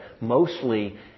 mostly